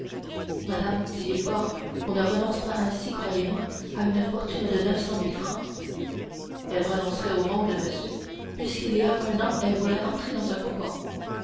madame dit villefort on ne renonce pas ainsi croyez-moi à une fortune de neuf cent mille francs elle renoncerait au monde monsieur puisqu'il y a un an elle voulait entrer dans un couvent